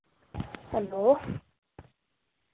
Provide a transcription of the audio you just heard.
hello